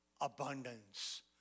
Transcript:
abundance